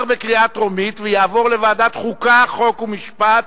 לדיון מוקדם בוועדת החוקה, חוק ומשפט